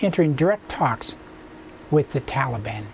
interim direct talks with the taliban